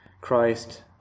Christ